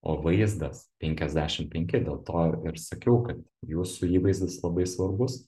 o vaizdas penkiasdešim penki dėl to ir ir sakiau kad jūsų įvaizdis labai svarbus